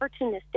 opportunistic